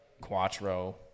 Quattro